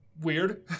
Weird